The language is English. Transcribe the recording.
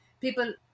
people